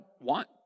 want